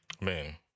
Man